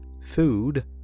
food